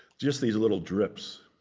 just these little drips